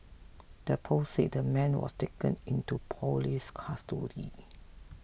the post said the man was taken into police custody